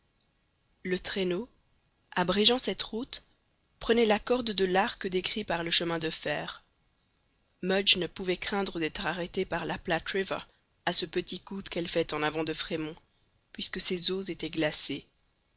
le traîneau abrégeant cette route prenait la corde de l'arc décrit par le chemin de fer mudge ne pouvait craindre d'être arrêté par la platte river à ce petit coude qu'elle fait en avant de fremont puisque ses eaux étaient glacées